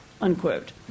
unquote